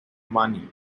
money